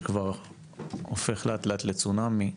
שכבר הופך לאט לאט לצונאמי,